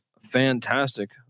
fantastic